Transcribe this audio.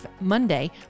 Monday